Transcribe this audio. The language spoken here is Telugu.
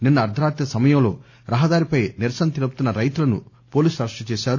నిన్న అర్థరాత్రి సమయంలో రహదారిపై నిరసన తెలుపుతున్న రైతులను పోలీసులు అరెస్టు చేశారు